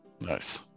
Nice